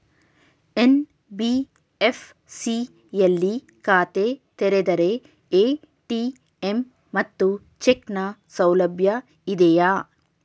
NBFC ಯಲ್ಲಿ ಖಾತೆ ತೆರೆದರೆ ಎ.ಟಿ.ಎಂ ಮತ್ತು ಚೆಕ್ ನ ಸೌಲಭ್ಯ ಇದೆಯಾ?